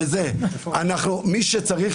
אנחנו מחזקים את הציבור.